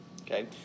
Okay